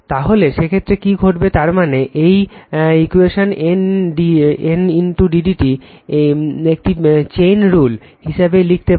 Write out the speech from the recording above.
তাহলে সেক্ষেত্রে কি ঘটবে তার মানে এই ইকুয়েশনটি N d d t একটি চেইন রুল হিসাবে লিখতে পারি